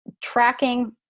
tracking